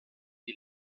die